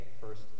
First